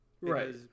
Right